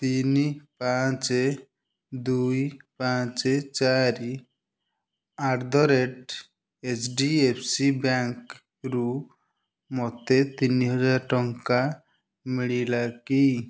ତିନି ପାଞ୍ଚ ଦୁଇ ପାଞ୍ଚ ଚାରି at the rate H D F C bank ରୁ ମୋତେ ତିନି ହଜାର ଟଙ୍କା ମିଳିଲା କି